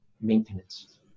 maintenance